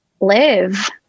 live